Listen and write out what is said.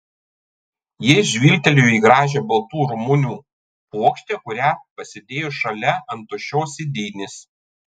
jis žvilgtelėjo į gražią baltų ramunių puokštę kurią pasidėjo šalia ant tuščios sėdynės